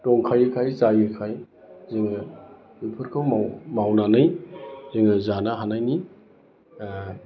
दंखायोखाय जायोखाय जोङो बेफोरखौ मावनानै जोङो जानो हानायनि